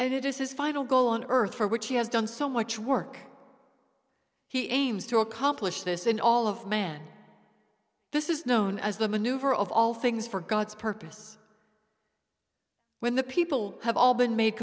and it is his final goal on earth for which he has done so much work he aims to accomplish this in all of man this is known as the maneuver of all things for god's purpose when the people have all been made